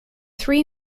three